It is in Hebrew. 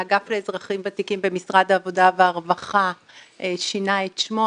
האגף לאזרחים ותיקים במשרד העבודה והרווחה שינה את שמו,